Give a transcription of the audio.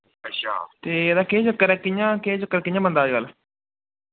ते एह्दा केह् चक्कर ऐ कि'यां केह् चक्कर कि'यां बनदा अजकल